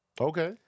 Okay